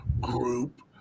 group